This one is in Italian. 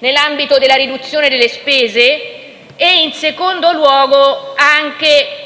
nell'ambito della riduzione delle spese, e, in secondo luogo, anche